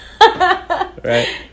Right